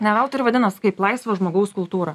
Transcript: ne veltui ir vadinas kaip laisvo žmogaus kultūra